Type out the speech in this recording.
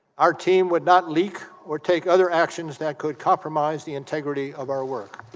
our team would not leak or take other actions that could compromise the integrity of our work